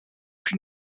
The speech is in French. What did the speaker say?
plus